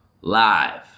live